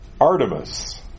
Artemis